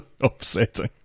upsetting